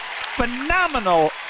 phenomenal